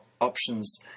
options